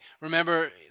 remember